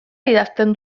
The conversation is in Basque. idazten